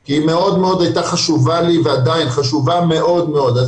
כי היא הייתה מאוד חשובה לי ועדיין היא חשובה מאוד מאוד.